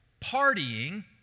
partying